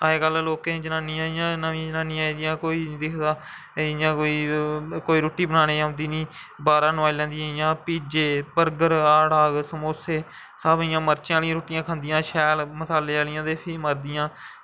अजकल्ल लोकें दियां जनानियां इ'यां नमियां जनानियां आई दियां कोई नइं दिखदा इ'यां कोई रुट्टी बनाने गी औंदी नेईँ बाह्रै दा मंगवाई लैंदियां जि'यां पिज्जे बर्गर हाड़डाग समोसे सब इ'यां मर्चें आह्लियां रुट्टियां खंदियां इ'यां शैल मसाले आह्लियां ते फ्ही मरदियां